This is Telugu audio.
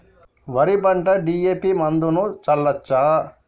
వరి పంట డి.ఎ.పి మందును చల్లచ్చా?